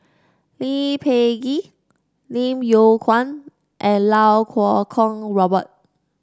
Lee Peh Gee Lim Yew Kuan and Iau Kuo Kwong Robert